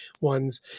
ones